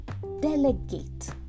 delegate